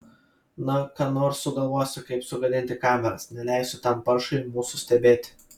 na ką nors sugalvosiu kaip sugadinti kameras neleisiu tam paršui mūsų stebėti